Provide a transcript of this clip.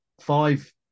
five